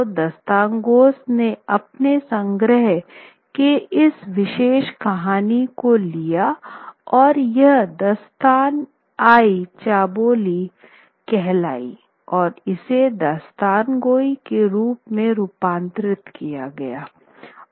तो दास्तानगोस ने अपने संग्रह से इस विशेष कहानी को लिया और यह दास्तान आई चौबोली कहलाई और इसे दास्तानगोई रूप में रूपांतरित किया गया